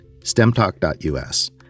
stemtalk.us